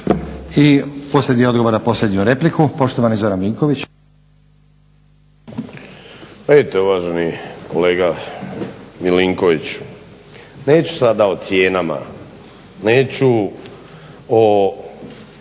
I posljednji odgovor na posljednju repliku, poštovani Zoran Vinković.